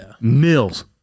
Mills